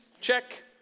check